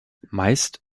meist